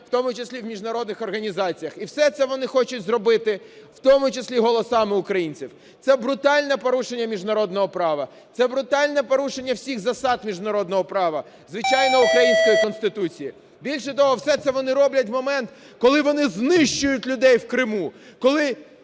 в тому числі і в міжнародних організаціях. І все це вони хочуть зробити, в тому числі і голосами українців. Це брутальне порушення міжнародного права. Це брутальне порушення всіх засад міжнародного права, звичайно, української Конституції. Більше того, все це вони роблять в момент, коли вони знищують людей в Криму. Коли